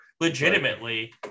Legitimately